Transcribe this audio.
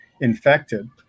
infected